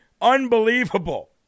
Unbelievable